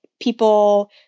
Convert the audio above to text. people